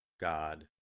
God